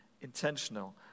intentional